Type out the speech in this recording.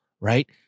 right